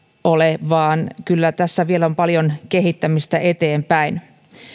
ole vaan kyllä tässä vielä on paljon kehittämistä eteenpäin